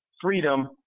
freedom